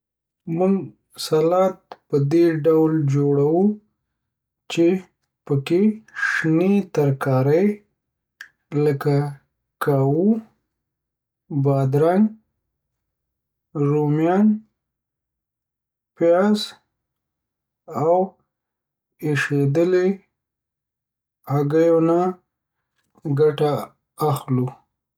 مونږ سلاد په دی ډول جوړو چی پکی شنی ترکاری لکه کاوو، بادرنګ، رومیان، پیاز او ایشیدلی هږیو نه ګټه اخلو.